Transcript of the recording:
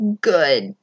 good